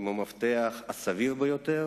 עם המפתח הסביר ביותר